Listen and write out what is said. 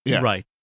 Right